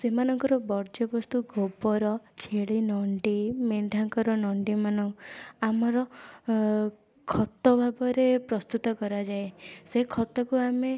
ସେମାନଙ୍କର ବର୍ଜ୍ୟବସ୍ତୁ ଗୋବର ଛେଳି ନଣ୍ଡି ମେଣ୍ଢାଙ୍କର ନଣ୍ଡି ମାନ ଆମର ଖତ ଭାବରେ ପ୍ରସ୍ତୁତ କରାଯାଏ ସେ ଖତକୁ ଆମେ